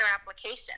application